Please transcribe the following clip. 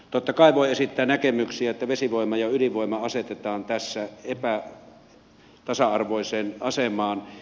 totta kai voi esittää näkemyksiä että vesivoima ja ydinvoima asetetaan tässä epätasa arvoiseen asemaan